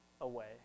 away